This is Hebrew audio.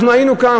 היינו כאן,